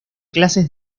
clases